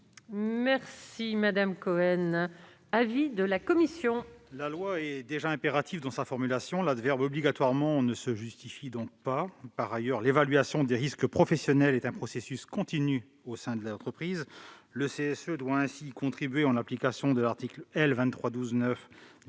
est l'avis de la commission ? La loi est déjà impérative dans sa formulation. L'adverbe « obligatoirement » ne se justifie donc pas. Par ailleurs, l'évaluation des risques professionnels est un processus continu au sein de l'entreprise : le CSE doit ainsi y contribuer, en application de l'article L. 2312-9